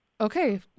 okay